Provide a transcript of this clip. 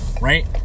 right